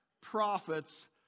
prophets